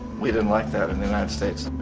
we didn't like that in united states.